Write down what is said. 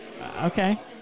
Okay